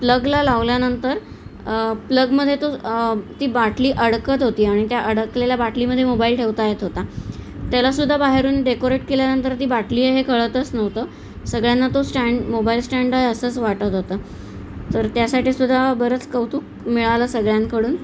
प्लगला लावल्यानंतर प्लगमध्ये तो ती बाटली अडकत होती आणि त्या अडकलेल्या बाटलीमध्ये मोबाईल ठेवता येत होता त्यालासुद्धा बाहेरून डेकोरेट केल्यानंतर ती बाटली हे कळतच नव्हतं सगळ्यांना तो स्टँड मोबाईल स्टँड असंच वाटत होतं तर त्यासाठीसुद्धा बरंच कौतुक मिळालं सगळ्यांकडून